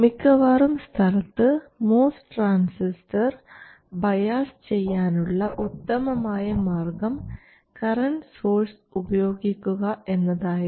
മിക്കവാറും സ്ഥലത്ത് MOS transistor bias ചെയ്യാനുള്ള ഉത്തമമായ മാർഗ്ഗം കറൻറ് സോഴ്സ് ഉപയോഗിക്കുക എന്നതായിരുന്നു